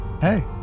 Hey